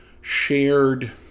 shared